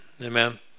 Amen